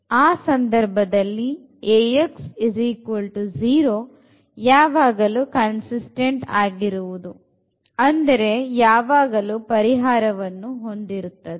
ಆ ಸಂದರ್ಭದಲ್ಲಿ Ax 0 ಯಾವಾಗಲೂ ಕನ್ಸಿಸ್ತೆಂಟ್ ಆಗಿರುವುದು ಅಂದರೆ ಯಾವಾಗಲೂ ಪರಿಹಾರವನ್ನು ಹೊಂದಿರುತ್ತದೆ